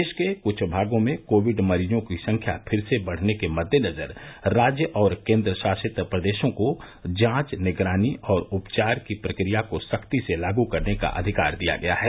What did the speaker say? देश के कुछ भागों में कोविड मरीजों की संख्या फिर से बढ़ने के मद्देनजर राज्य और केन्द्रशासित प्रदेशों को जांच निगरानी और उपचार की प्रक्रिया को सख्ती से लागू करने का अधिकार दिया गया है